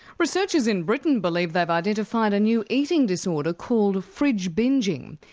researchers in britain believe they've identified a new eating disorder called fridge binging.